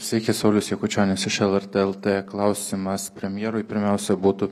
sveiki saulius jakučionis lrt lt klausimas premjerui pirmiausia būtų